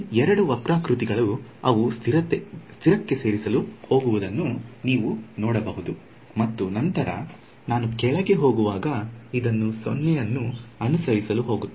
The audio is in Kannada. ಈ ಎರಡು ವಕ್ರಾಕೃತಿಗಳು ಅವು ಸ್ಥಿರಕ್ಕೆ ಸೇರಿಸಲು ಹೋಗುವುದನ್ನು ನೀವು ನೋಡಬಹುದು ಮತ್ತು ನಂತರ ನಾನು ಕೆಳಗೆ ಹೋಗುವಾಗ ಇದನ್ನು 0 ಅನ್ನು ಅನುಸರಿಸಲು ಹೋಗುತ್ತದೆ